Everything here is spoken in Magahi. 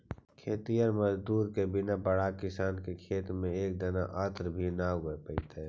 खेतिहर मजदूर के बिना बड़ा किसान के खेत में एक दाना अन्न भी न उग पइतइ